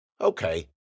Okay